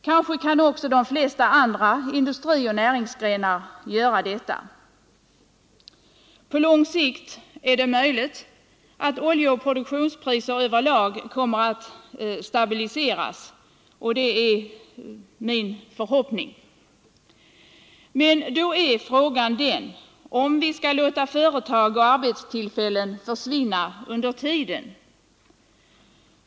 Kanske kan också de flesta andra industrioch näringsgrenar göra detta. På lång sikt är det möjligt att oljeoch produktionspriser över lag kommer att stabiliseras, detta är min förhoppning. Men då är frågan den, om vi skall låta företag och arbetstillfällen försvinna under tiden.